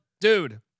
Dude